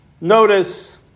Notice